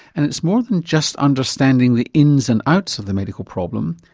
and it's more than just understanding the ins and outs of the medical problem,